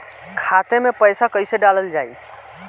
खाते मे पैसा कैसे डालल जाई?